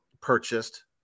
purchased